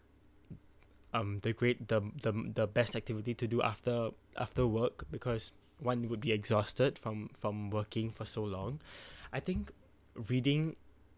um the great the the the best activity to do after after work because one would be exhausted from from working for so long I think reading